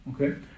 okay